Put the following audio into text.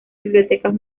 bibliotecas